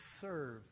serve